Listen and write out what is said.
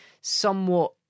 somewhat